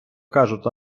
кажуть